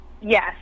yes